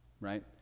right